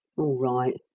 right,